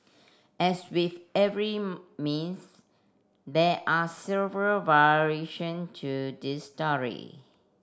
as with every myth there are several variation to this story